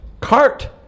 cart